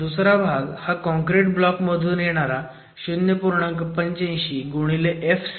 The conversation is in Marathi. दुसरा भाग हा काँक्रिट ब्लॉक मधून येणारा 0